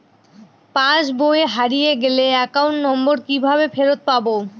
পাসবই হারিয়ে গেলে account number কিভাবে ফেরত পাব?